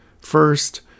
First